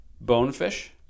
bonefish